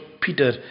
Peter